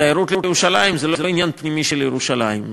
התיירות לירושלים זה לא עניין פנימי של ירושלים.